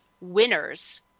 winner's